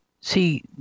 See